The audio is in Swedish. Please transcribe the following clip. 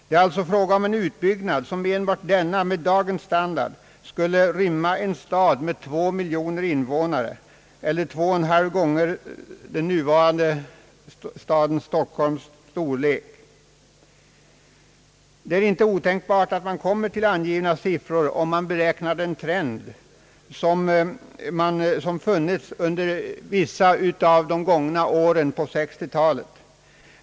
Det är alltså fråga om en utbyggnad som enbart med dagens standard skulle rymma en stad med 2 miljoner invånare — eller 2,5 gånger den nuvarande staden Stockholms storlek. Det är inte otänkbart att man kommer till dessa siffror om man beräknar den trend som varit rådande under några år av 1960-talet.